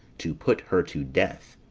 to put her to death.